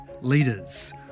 leaders